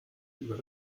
über